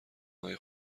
های